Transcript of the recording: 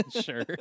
Sure